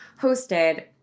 hosted